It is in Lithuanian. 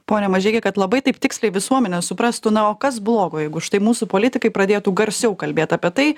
pone mažeiki kad labai taip tiksliai visuomenė suprastų na o kas blogo jeigu štai mūsų politikai pradėtų garsiau kalbėt apie tai